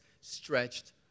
stretched